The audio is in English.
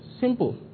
Simple